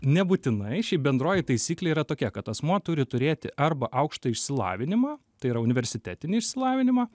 nebūtinai ši bendroji taisyklė yra tokia kad asmuo turi turėti arba aukštąjį išsilavinimą tai yra universitetinį išsilavinimą